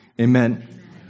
Amen